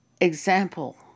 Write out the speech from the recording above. example